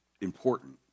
important